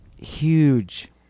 Huge